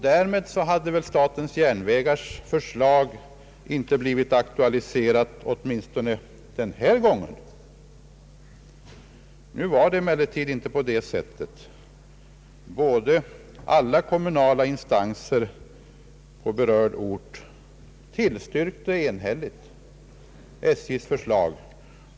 Därmed hade väl statens järnvägars förslag inte blivit aktualiserat, åtminstone inte denna gång. Nu var det emellertid inte på det sättet. Alla kommunala instanser på berörd ort tillstyrkte enhälligt SJ:s förslag.